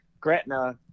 Gretna